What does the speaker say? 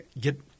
get